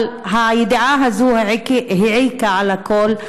אבל הידיעה הזאת העיקה על הכול.